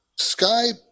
Skype